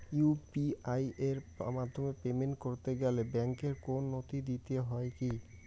UPI এর মাধ্যমে payment করতে গেলে ব্যাংকের কোন নথি দিতে হয় কি?